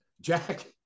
Jack